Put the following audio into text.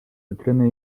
cytryny